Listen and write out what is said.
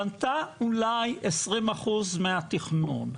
בנתה אולי 20% מהתכנון.